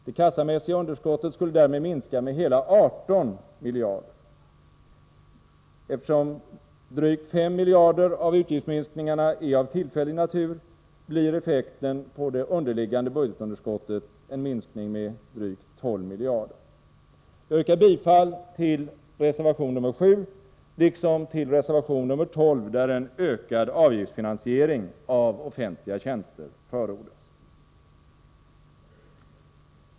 Det kassamässiga underskottet skulle därmed minska med hela 18 miljarder. Eftersom drygt 5 miljarder av utgiftsminskningarna är av tillfällig natur, blir effekten på det underliggande budgetunderskottet en minskning med drygt 12 miljarder. Jag yrkar bifall till reservation nr 7 liksom till reservation nr 12, där en ökad avgiftsfinansiering av offentliga tjänster förordas.